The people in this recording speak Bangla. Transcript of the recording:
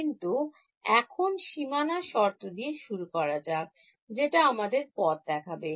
কিন্তু এখন সীমানা শর্ত দিয়ে শুরু করা যাক যেটা আমাদের পথ দেখাবে